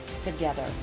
together